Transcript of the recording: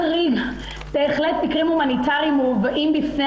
בהחלט מקרים הומניטריים מובאים בפני